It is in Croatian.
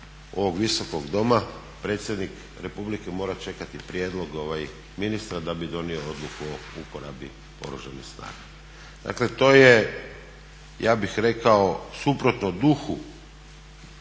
ovog Visokog doma, predsjednik Republike mora čekati prijedlog ministra da bi donio odluku o uporabi Oružanih snaga. Dakle to je, ja bih rekao suprotno duhu